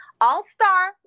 All-star